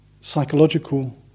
psychological